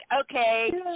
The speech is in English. Okay